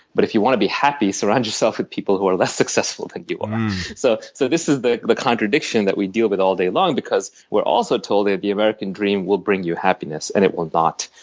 but if you want to be happy, surround yourself with people who are less successful than you are. so so this is the the contradiction that we deal with all day long because we're also told that the american dream will bring you happiness, and it will not.